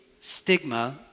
stigma